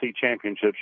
championships